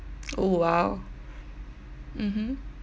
oh !wow! mmhmm